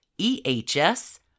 EHS